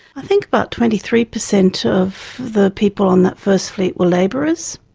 i think about twenty three percent of the people on that first fleet were labourers,